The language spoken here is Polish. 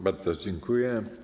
Bardzo dziękuję.